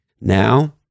Now